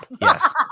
Yes